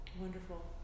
wonderful